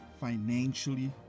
financially